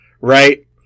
right